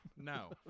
No